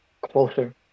closer